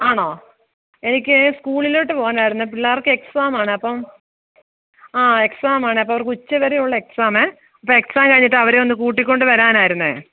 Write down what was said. ആണോ എനിക്ക് സ്കൂളിലേക്ക് പോവനായിരുന്നു പിള്ളേർക്ക് എക്സാമാണ് അപ്പം ആ എക്സാമാണ് അപ്പം അവർക്ക് ഉച്ചവരയെ ഉള്ളൂ എക്സാം അപ്പം എക്സാം കഴിഞ്ഞിട്ട് അവരെയൊന്ന് കൂട്ടിക്കൊണ്ടു വരാനായിരുന്നു